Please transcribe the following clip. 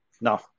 No